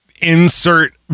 insert